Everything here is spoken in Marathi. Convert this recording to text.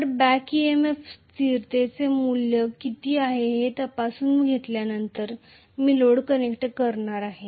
तर बॅक EMF स्थिरतेचे मूल्य किती आहे हे तपासून घेतल्यानंतर मी लोड कनेक्ट करणार आहे